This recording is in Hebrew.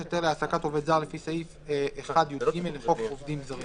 (36)היתר להעסקת עובד זר לפי סעיף 1יג לחוק עובדים זרים,